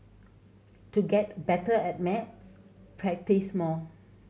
to get better at maths practise more